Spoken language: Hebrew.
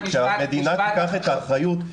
שהמדינה תיקח את האחריות,